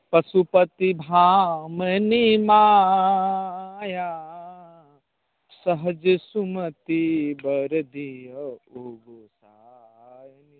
पशुपति भामिनी माया सहज सुमति वर दियउ गोसाउनि